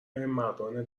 مردان